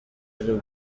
ari